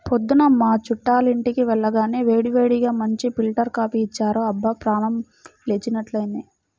పొద్దున్న మా చుట్టాలింటికి వెళ్లగానే వేడివేడిగా మంచి ఫిల్టర్ కాపీ ఇచ్చారు, అబ్బా ప్రాణం లేచినట్లైంది